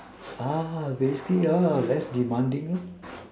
!huh! the hp less demanding lor